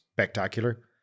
Spectacular